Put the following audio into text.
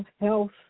Health